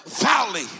valley